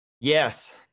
Yes